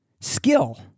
skill